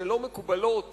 שלא מקובלות